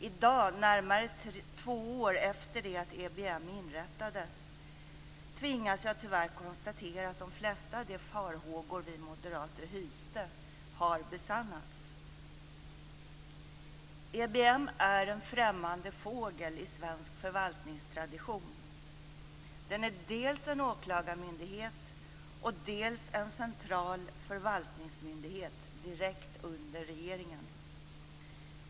I dag, närmare två år efter det att EBM inrättades, tvingas jag tyvärr konstatera att de flesta av de farhågor vi moderater hyste har besannats. EBM är en främmande fågel i svensk förvaltningstradition. Den är dels en åklagarmyndighet, dels en central förvaltningsmyndighet direkt under regeringen.